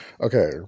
Okay